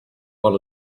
one